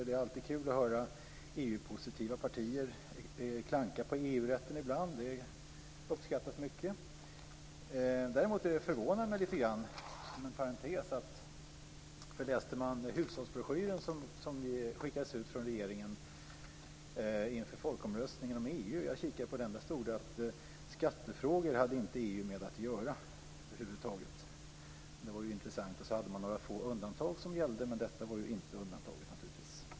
Det är alltid kul att höra EU-positiva partier klanka på EU rätten ibland - det uppskattas mycket. Däremot förvånar det mig lite grann, inom parentes. I hushållsbroschyren som skickades ut från regeringen inför folkomröstningen om EU stod det att skattefrågor hade inte EU med att göra över huvud taget. Det var ju intressant. Man hade några få undantag som gällde, men detta var naturligtvis inte undantaget.